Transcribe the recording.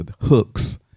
hooks